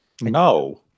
No